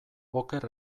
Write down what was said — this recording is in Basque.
oker